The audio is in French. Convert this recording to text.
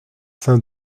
saint